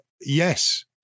yes